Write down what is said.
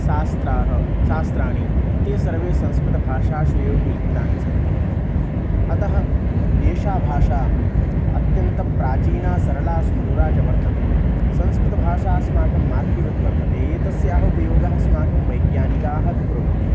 शास्त्राः शास्त्राणि ते सर्वे संस्कृतभाषाष्वेव विलिखितानि सन्ति अतः एषा भाषा अत्यन्तप्राचीना सरला सुमधुरा च वर्तते संस्कृतभाषा अस्माकं मातृवत् वर्तते एतस्याः उपयोगः अस्माकं वैज्ञानिकाः अपि कुर्वन्ति